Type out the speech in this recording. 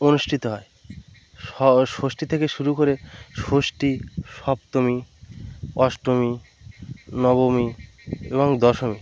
অনুষ্ঠিত হয় ষষ্ঠীতে থেকে শুরু করে ষষ্ঠী সপ্তমী অষ্টমী নবমী এবং দশমী